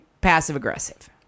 passive-aggressive